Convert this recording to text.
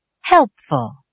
Helpful